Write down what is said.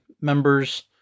members